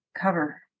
cover